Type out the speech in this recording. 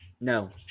No